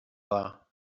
dda